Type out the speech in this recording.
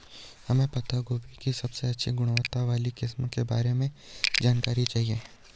हमें पत्ता गोभी की सबसे अच्छी गुणवत्ता वाली किस्म के बारे में जानकारी चाहिए?